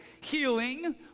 healing